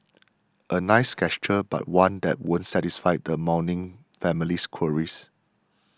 a nice gesture but one that won't satisfy the mourning family's queries